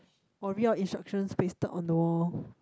oh real instructions pasted on the wall